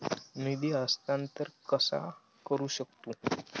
निधी हस्तांतर कसा करू शकतू?